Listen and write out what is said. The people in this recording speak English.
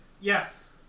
Yes